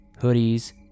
hoodies